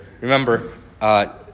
Remember